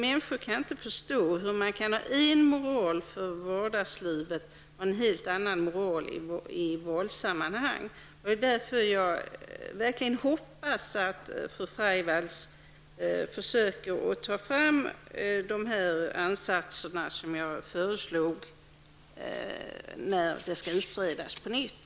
Människor kan inte förstå hur man kan ha en moral för vardagslivet och en helt annan moral i valsammanhang. Av den anledningen verkligen hoppas jag att fru Freivalds försöker ta fram de ansatser som jag föreslog i samband med att frågan skall utredas på nytt.